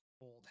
old